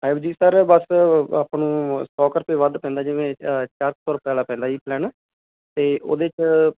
five G sir ਬਸ ਆਪ ਨੂੰ ਸੌ ਕ ਰੁਪਏ ਵੱਧ ਪੈਂਦਾ ਜਿਵੇਂ ਚਾਰ ਸੌ ਰੁਪਏ ਆਲਾ ਪੈਂਦਾ ਜੀ ਪਲੈਨ ਤੇ ਉਹਦੇ 'ਚ